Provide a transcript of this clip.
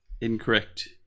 Incorrect